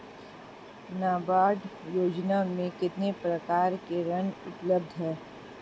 नाबार्ड योजना में कितने प्रकार के ऋण उपलब्ध हैं?